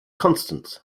constants